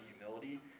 humility